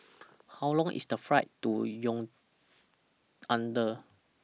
How Long IS The Flight to Yaounde